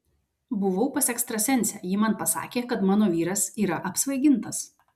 buvau pas ekstrasensę ji man pasakė kad mano vyras yra apsvaigintas